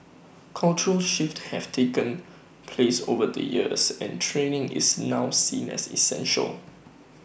cultural shifts have taken place over the years and training is now seen as essential